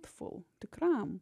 tfu tikram